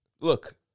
Look